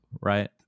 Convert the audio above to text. right